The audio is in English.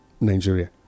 Nigeria